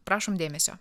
prašom dėmesio